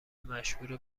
مشهور